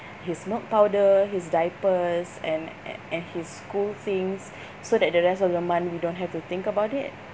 his milk powder his diapers and and his school things so that the rest of the month we don't have to think about it